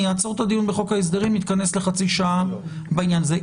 אני אעצור את הדיון בחוק ההסדרים ונתכנס לחצי שעה בעניין הזה.